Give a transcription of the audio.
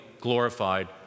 glorified